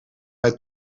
mij